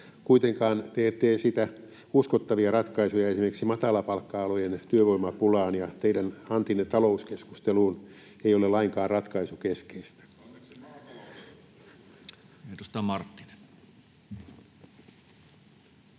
Kuitenkaan te ette esitä uskottavia ratkaisuja esimerkiksi matalapalkka-alojen työvoimapulaan ja teidän antinne talouskeskusteluun ei ole lainkaan ratkaisukeskeistä. [Speech